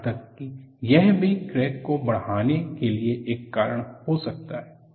यहां तक कि यह भी क्रैक को बढाने के लिए एक कारण हो सकता है